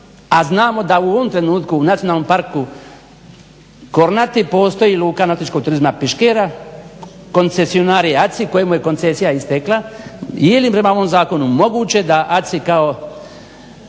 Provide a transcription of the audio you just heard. a znamo da u ovom trenutku u nacionalnom parku Kornati postoji luka nautičkog turizma Piškera, koncesionar je ACI kojemu je koncesija istekla. Je li prema ovom Zakonu moguće da ACI kao